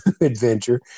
adventure